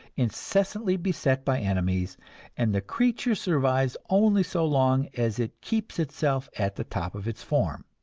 incessantly beset by enemies and the creature survives only so long as it keeps itself at the top of its form.